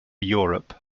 europe